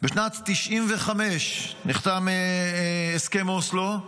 בשנת 1995 נחתם הסכם אוסלו,